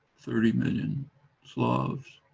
thirty million slavs,